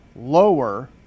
lower